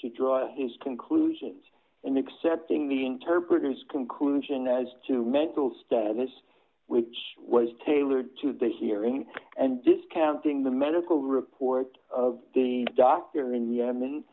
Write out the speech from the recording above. to draw his conclusions and accepting meeting her partner's conclusion as to mental status which was tailored to the hearing and discounting the medical report of the doctor in yemen